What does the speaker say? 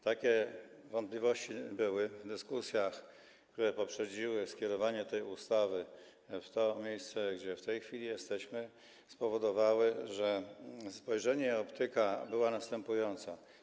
Takie wątpliwości były, dyskusja, która poprzedziła skierowanie tej ustawy w to miejsce, gdzie w tej chwili jesteśmy, spowodowała, że spojrzenie, optyka była następująca.